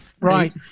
Right